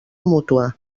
mútua